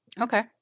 okay